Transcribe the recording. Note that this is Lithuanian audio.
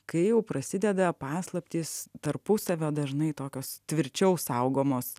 kai jau prasideda paslaptys tarpusavio dažnai tokios tvirčiau saugomos